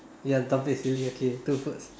ya topic is silly okay two foods